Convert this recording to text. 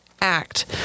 act